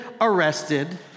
arrested